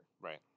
Right